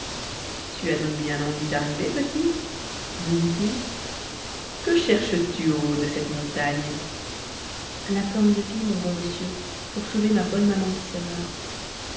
tu as donc bien envie d'arriver petit lui dit-il que cherches-tu au haut de cette montagne la plante de vie mon bon monsieur pour sauver ma bonne maman qui se meurt